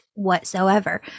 whatsoever